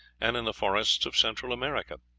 and in the forests of central america.